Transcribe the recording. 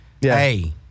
hey